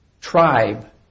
tribe